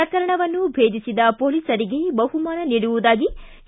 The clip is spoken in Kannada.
ಪ್ರಕರಣವನ್ನು ಭೇದಿಸಿದ ಪೋಲೀಸರಿಗೆ ಬಹುಮಾನ ನೀಡುವುದಾಗಿ ಕೆ